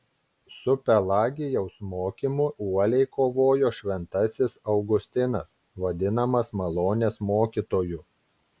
su pelagijaus mokymu uoliai kovojo šventasis augustinas vadinamas malonės mokytoju